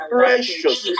precious